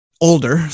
older